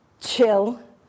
chill